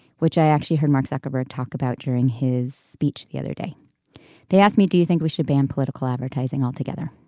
which i actually heard mark zuckerberg talk about during his speech the other day they asked me do you think we should ban political advertising altogether